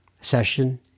session